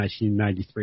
1993